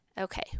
Okay